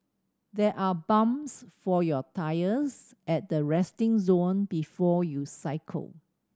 there are pumps for your tyres at the resting zone before you cycle